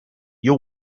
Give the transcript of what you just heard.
you